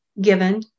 given